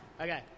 Okay